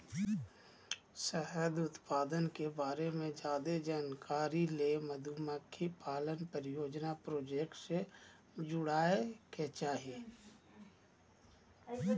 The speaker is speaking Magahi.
शहद उत्पादन के बारे मे ज्यादे जानकारी ले मधुमक्खी पालन परियोजना प्रोजेक्ट से जुड़य के चाही